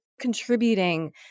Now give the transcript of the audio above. contributing